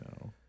no